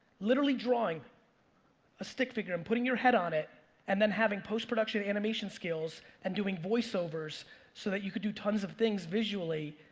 literally drawing a stick figure and putting your head on it and then having post-production animation skills and doing voiceovers so that you could do tons of things visually,